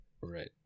Right